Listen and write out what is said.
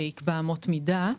יקבע אמות מידה.